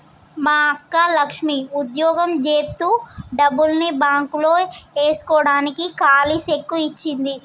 మా అక్క లక్ష్మి ఉద్యోగం జేత్తు డబ్బుల్ని బాంక్ లో ఏస్కోడానికి కాలీ సెక్కు ఇచ్చింది